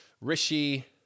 Rishi